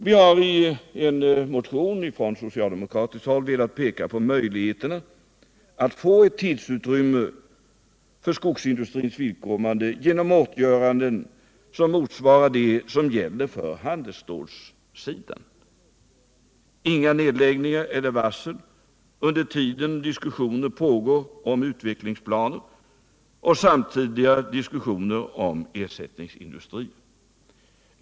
Vi har i en motion från socialdemokratiskt håll velat peka på möjligheterna att få ett tidsutrymme för skogsindustrins vidkommande genom åtgöranden som motsvarar dem som gäller för handelsstålssidan: inga nedläggningar eller varsel under tiden som diskussioner om utvecklingsplaner och samtidigt därmed diskussioner om ersättningsindustri pågår.